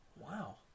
Wow